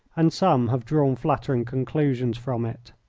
and some have drawn flattering conclusions from it.